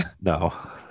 No